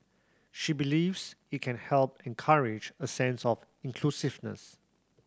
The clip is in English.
she believes it can help encourage a sense of inclusiveness